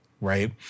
right